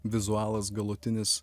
vizualas galutinis